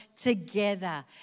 together